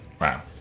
Wow